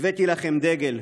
הבאתי לכם דגל,